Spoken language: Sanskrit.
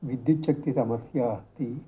विद्युत्शक्ति समस्या अस्ति